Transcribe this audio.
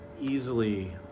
easily